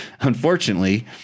unfortunately